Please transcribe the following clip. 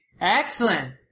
Excellent